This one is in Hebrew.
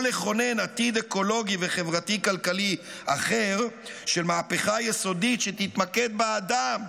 או לכונן עתיד אקולוגי וחברתי כלכלי אחר של מהפכה יסודית שתתמקד באדם,